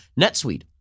NetSuite